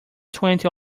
twenty